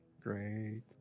Great